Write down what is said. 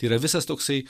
tai yra visas toksai